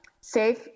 safe